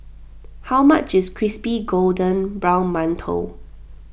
how much is Crispy Golden Brown Mantou